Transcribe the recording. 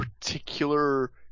particular